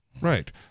Right